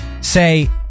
say